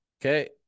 okay